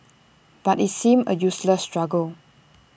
but IT seemed A useless struggle